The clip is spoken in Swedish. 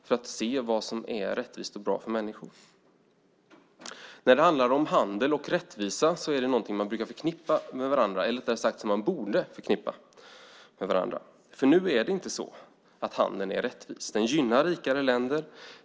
Man måste se vad som är rättvist och bra för människor. Handel och rättvisa är något som man borde förknippa med varandra. Nu är det inte så att handeln är rättvis. Den gynnar rikare länder.